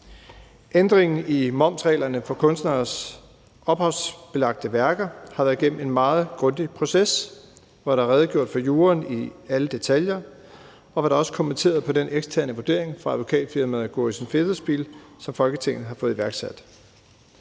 Ændringen i momsreglerne for kunstneres ophavsbelagte værker har været igennem en meget grundig proces, hvor der er redegjort for juraen i alle detaljer, og hvor der også er kommenteret på den eksterne vurdering fra advokatfirmaet Gorrissen Federspiel, som Folketinget har fået iværksat.